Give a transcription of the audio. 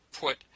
put